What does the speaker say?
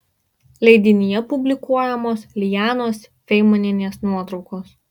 leidinyje publikuojamos lijanos feimanienės nuotraukos